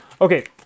okay